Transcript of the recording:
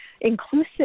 inclusive